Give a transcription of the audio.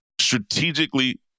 strategically